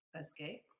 Escape